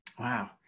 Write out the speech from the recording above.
Wow